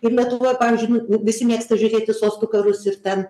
ir lietuvoje pavyzdžiui visi mėgsta žiūrėti sostų karus ir ten